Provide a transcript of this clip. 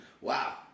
wow